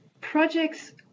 Projects